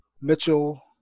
Mitchell